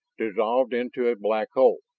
dissolved into a black hole.